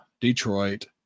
Detroit